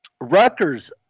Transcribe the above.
Rutgers